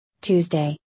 Tuesday